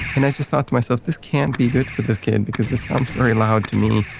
and i just thought to myself, this can't be good for this kid because this sounds very loud to me.